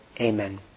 Amen